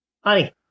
Honey